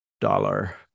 Dollar